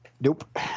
Nope